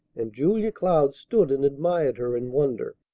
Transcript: and julia cloud stood and admired her in wonder.